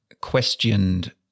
questioned